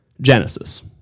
Genesis